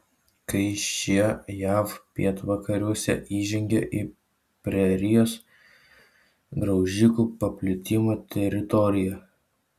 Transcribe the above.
kai šie jav pietvakariuose įžengė į prerijos graužikų paplitimo teritoriją